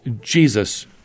Jesus